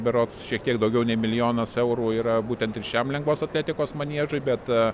berods šiek tiek daugiau nei milijonas eurų yra būtent ir šiam lengvos atletikos maniežui bet